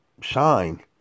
shine